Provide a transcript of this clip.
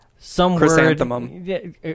Chrysanthemum